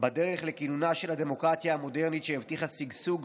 בדרך לכינונה של הדמוקרטיה המודרנית שהבטיחה שגשוג,